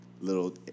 little